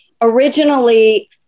Originally